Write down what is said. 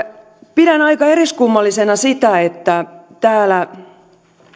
pidän aika eriskummallisena sitä että täällä